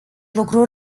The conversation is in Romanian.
lucru